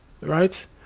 right